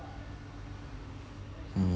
mm